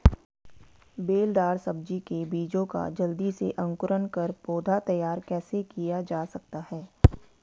बेलदार सब्जी के बीजों का जल्दी से अंकुरण कर पौधा तैयार कैसे किया जा सकता है?